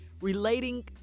relating